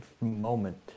moment